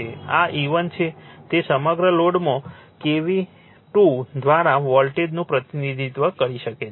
આ E1 છે તે સમગ્ર લોડમાં KV2 દ્વારા વોલ્ટેજનું પ્રતિનિધિત્વ કરી શકે છે